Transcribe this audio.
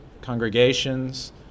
congregations